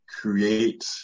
create